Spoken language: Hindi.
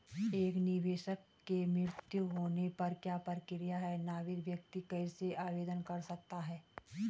एक निवेशक के मृत्यु होने पर क्या प्रक्रिया है नामित व्यक्ति कैसे आवेदन कर सकता है?